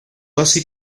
así